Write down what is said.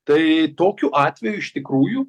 tai tokiu atveju iš tikrųjų